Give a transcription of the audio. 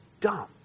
dumb